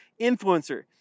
influencer